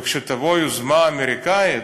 וכשתבוא יוזמה אמריקנית,